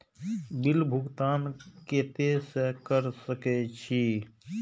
Bill भुगतान केते से कर सके छी?